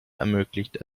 ermöglicht